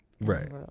right